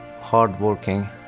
hardworking